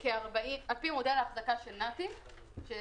על פי מודל האחזקה של נת"י אנחנו